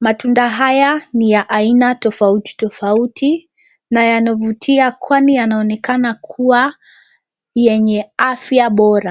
Matunda haya ni ya aina tofautitofauti na yanavutia kwani yanaonekana kuwa yenye afya bora.